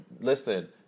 Listen